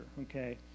okay